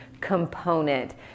component